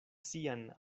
sian